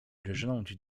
rżnąć